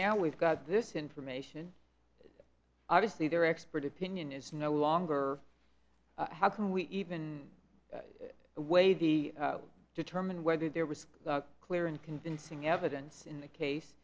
now we've got this information obviously their expert opinion is no longer how can we even weigh the determine whether there was a clear and convincing evidence in the case